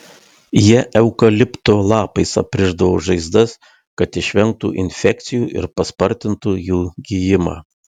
jie eukalipto lapais aprišdavo žaizdas kad išvengtų infekcijų ir paspartintų jų gijimą